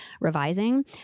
revising